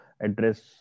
address